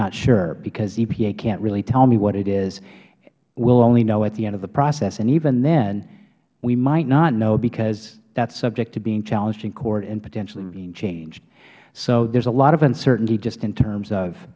not sure because epa can't really tell me what it is we will only know at the end of the process and even then we might not know because that is subject to being challenged in court and potentially being changed so there is a lot of uncertainty just in terms of